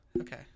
Okay